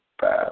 five